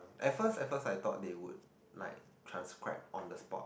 at first at first I though they would like transcribe on the spot